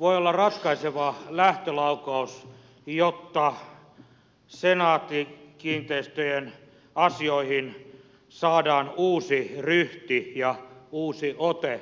voi olla ratkaiseva lähtölaukaus jotta senaatti kiinteistöjen asioihin saadaan uusi ryhti ja uusi ote